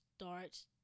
starts